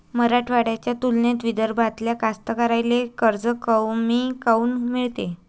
मराठवाड्याच्या तुलनेत विदर्भातल्या कास्तकाराइले कर्ज कमी काऊन मिळते?